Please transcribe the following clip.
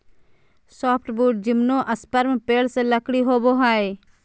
softwood gymnosperm पेड़ से लकड़ी होबो हइ